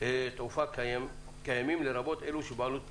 תעופה קיימים, לרבות אלו שבבעלות פרטית.